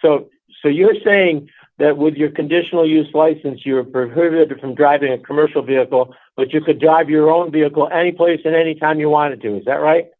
so so you're saying that would your conditional use license europe or heard from driving a commercial vehicle but you could drive your own vehicle anyplace anytime you want to do is that right